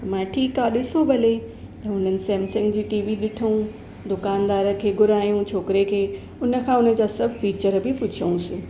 त मां ठीकु आहे ॾिसो भले हुननि सैमसंग जूं टीवी ॾिठूं दुकानदार खे घुराइयूं छोकिरे खे हुनखां हुनजा सभु फीचर बि पूछियोसि